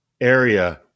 area